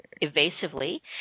evasively